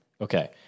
Okay